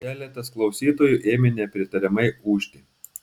keletas klausytojų ėmė nepritariamai ūžti